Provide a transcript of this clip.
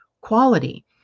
quality